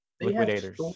liquidators